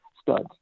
studs